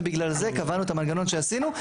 ובגלל זה קבענו את המנגנון שעשינו.